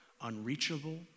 unreachable